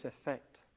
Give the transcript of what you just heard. effect